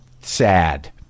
sad